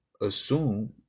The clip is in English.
assume